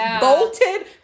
bolted